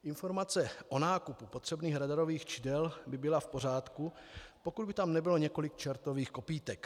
Informace o nákupu potřebných radarových čidel by byla v pořádku, pokud by tam nebylo několik čertových kopýtek.